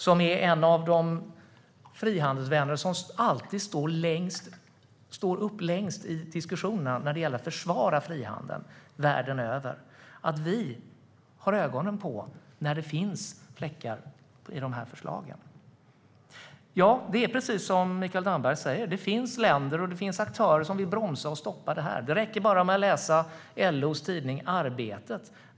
Som ett av de länder som alltid står längst fram när det gäller att försvara frihandeln världen över är det viktigt att Sverige har ögonen på de fläckar som finns i förslagen. Precis som Mikael Damberg säger finns det länder och aktörer som vill bromsa och stoppa detta. Det räcker att läsa LO:s tidning Arbetet.